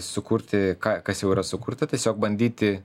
sukurti ką kas jau yra sukurta tiesiog bandyti